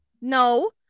No